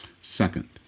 Second